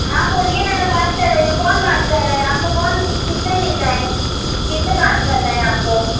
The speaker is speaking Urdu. ہاں بولیے نہ میں بات کر رہی ہوں کون بات کر رہا ہے آپ کو کون کس سے ملنا ہے کس سے بات کرنا ہے آپ کو